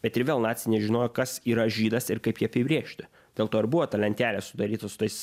bet ir vėl naciai nežinojo kas yra žydas ir kaip jį apibrėžti dėl to ir buvo ta lentelė sudaryta su tais